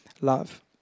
love